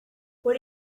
what